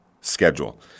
schedule